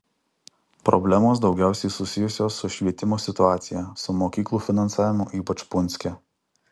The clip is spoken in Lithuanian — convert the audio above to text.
problemos daugiausiai susijusios su švietimo situacija su mokyklų finansavimu ypač punske